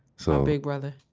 so big brother.